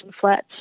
flats